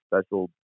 special